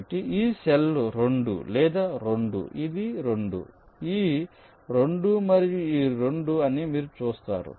కాబట్టి ఈ సెల్ 2 ఇది 2 ఇది 2 ఈ 2 మరియు ఈ 2 అని మీరు చూస్తారు